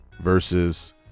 versus